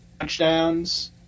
touchdowns